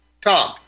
Tom